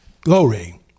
glory